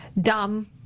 dumb